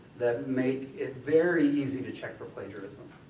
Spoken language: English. that make it very easy to check for plagiarism.